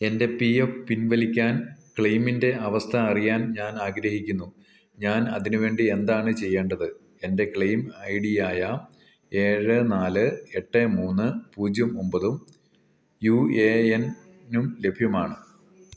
എൻ്റെ P F പിൻവലിക്കാൻ ക്ലെയിമിൻ്റെ അവസ്ഥ അറിയാൻ ഞാൻ ആഗ്രഹിക്കുന്നു ഞാൻ അതിനുവേണ്ടി എന്താണ് ചെയ്യേണ്ടത് എൻ്റെ ക്ലെയിം ഐ ഡിയായ ഏഴ് നാല് എട്ട് മൂന്ന് പൂജ്യം ഒമ്പതും യു എ എൻ നും ലഭ്യമാണ്